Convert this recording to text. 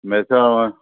मेथरावन